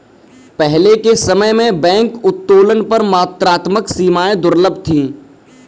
पहले के समय में बैंक उत्तोलन पर मात्रात्मक सीमाएं दुर्लभ थीं